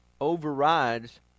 overrides